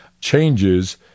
changes